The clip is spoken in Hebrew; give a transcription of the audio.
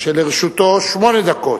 שלרשותו שמונה דקות.